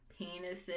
penises